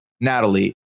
natalie